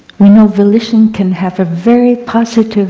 we know volition can have a very positive